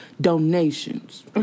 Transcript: donations